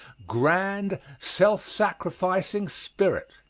grand, self-sacrificing spirit.